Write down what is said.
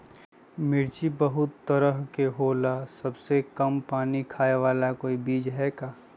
मिर्ची बहुत तरह के होला सबसे कम पानी खाए वाला कोई बीज है का?